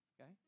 okay